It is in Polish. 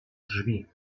drzwi